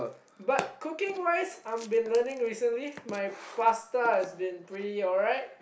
but cooking wise I've been learning recently my pasta has been pretty alright